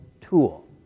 tool